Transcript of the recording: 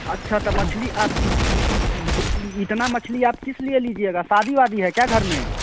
अच्छा तो मछली आप इतना मछली आप किस लिए लीजिएगा शादी वादी है क्या घर में